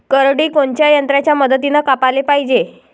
करडी कोनच्या यंत्राच्या मदतीनं कापाले पायजे?